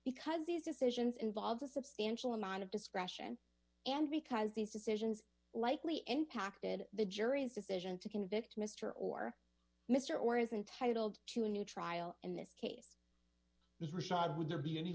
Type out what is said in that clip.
because these decisions involved a substantial amount of discretion and because these decisions likely impacted the jury's decision to convict mr or mr or is entitled to a new trial in this case is rashad would there be any